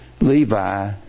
Levi